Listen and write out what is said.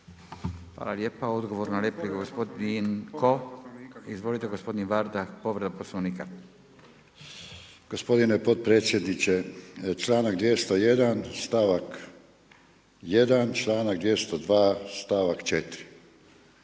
Hvala lijepa. Odgovor na repliku. Izvolite gospodine Varda, povreda Poslovnika. **Varda, Kažimir (SMSH)** Gospodine potpredsjedniče, članak 201. stavak 1. članak 202. stavak 4.